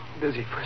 busy